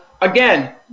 again